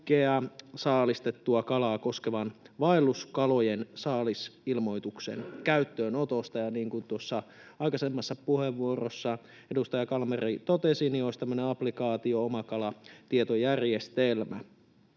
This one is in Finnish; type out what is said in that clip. saalistettua kalaa koskevan vaelluskalojen saalisilmoituksen käyttöönotosta, ja niin kuin tuossa aikaisemmassa puheenvuorossa edustaja Kalmari totesi, niin olisi tämmöinen applikaatio, Omakala-tietojärjestelmä.